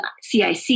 CIC